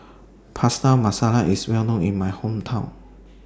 Pasta Masala IS Well known in My Hometown